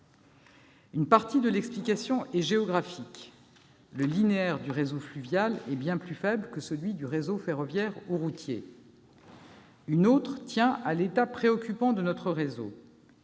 Une partie de l'explication est géographique : le linéaire du réseau fluvial est bien plus faible que celui du réseau ferroviaire ou routier. Une autre tient à l'état préoccupant de notre réseau